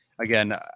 Again